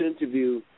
interview